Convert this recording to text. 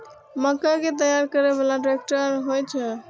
मक्का कै तैयार करै बाला ट्रेक्टर होय छै?